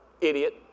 idiot